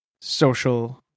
social